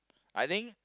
I think